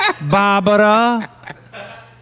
Barbara